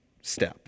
step